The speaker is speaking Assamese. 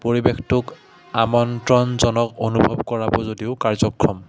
পৰিৱেশটোক আমন্ত্ৰণজনক অনুভৱ কৰাব যদিও কাৰ্যক্ৰম